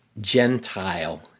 Gentile